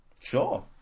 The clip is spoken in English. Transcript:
Sure